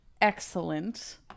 excellent